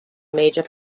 major